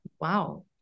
wow